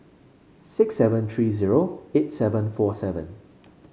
six seven three zero eight seven four seven